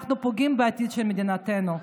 אנחנו פוגעים של מדינתנו.